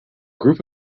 group